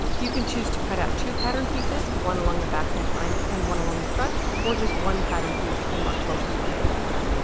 you can choose to cut out two pattern pieces one along the back neckline and one along the front or just one pattern piece and mark both necklines